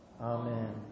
Amen